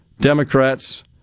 Democrats